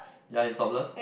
ya he's topless